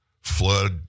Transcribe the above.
flood